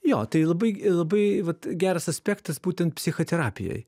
jo tai labai labai vat geras aspektas būtent psichoterapijoj